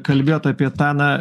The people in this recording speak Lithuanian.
kalbėjot apie tą na